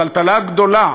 טלטלה גדולה,